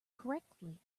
correctly